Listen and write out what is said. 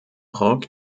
rock